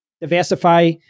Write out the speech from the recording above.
diversify